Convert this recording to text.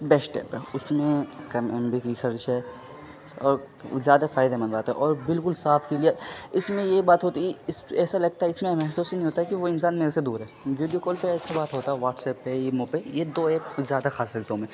best app ہے اس میں کم ایم بی کی خرچ ہے اور زیادہ فائدہ مند رہتا ہے اور بالکل صاف کلیئر اس میں یہ بات ہوتی ہے اس ایسا لگتا ہے اس میں محسوس ہی نہیں ہوتا ہے کہ وہ انسان میرے سے دور ہے ویڈیو کال پہ ایسا بات ہوتا ہے واٹسیپ پہ اییمو پہ یہ دو ایپ زیادہ خاص رکھتا ہوں میں